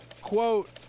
quote